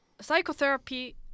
psychotherapy